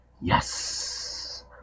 Yes